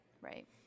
Right